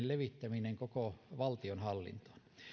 levittäminen koko valtionhallintoon